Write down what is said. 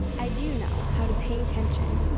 i do know how to pay attention,